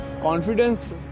confidence